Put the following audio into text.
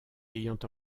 ayant